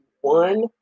one